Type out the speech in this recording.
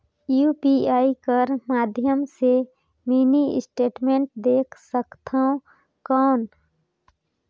UPI कर माध्यम से मिनी स्टेटमेंट देख सकथव कौन?